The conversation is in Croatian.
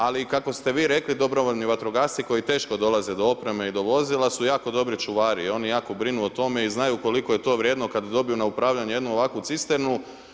Ali i kako ste vi rekli dobrovoljni vatrogasci koji teško dolaze do opreme i do vozila su jako dobri čuvari i oni jako brinu o tome i znaju koliko je to vrijedno kada dobiju na upravljanje jednu ovakvu cisternu.